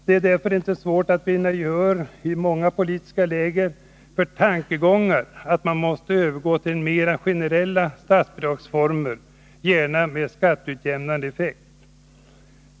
Det är därför inte svårt att vinna gehör i många politiska läger för tankegångarna att man skulle övergå till mera generella statsbidragsformer, gärna med skatteutjämnande effekt.